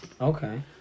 Okay